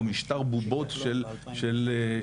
או משטר בובות של הנאצים.